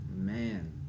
man